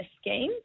scheme